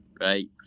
right